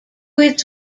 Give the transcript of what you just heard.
its